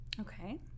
Okay